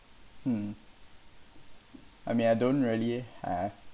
mm I mean I don't really have